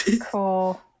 Cool